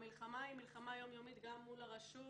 המלחמה היא מלחמה יומיומית גם מול הרשות